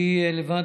אני עצמי,